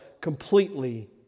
completely